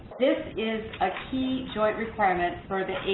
this is a key joint requirement for the